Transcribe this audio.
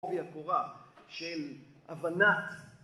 עובי הקורה של הבנת